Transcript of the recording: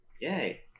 Yay